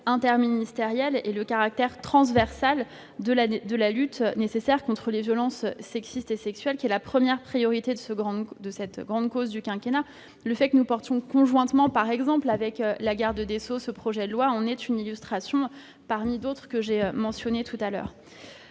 interministériel et le caractère transversal de la lutte nécessaire contre les violences sexistes et sexuelles, qui est la première priorité de cette grande cause du quinquennat. Le fait que nous défendions conjointement ce projet de loi, avec la garde des Sceaux, en est une illustration parmi d'autres que j'ai mentionnées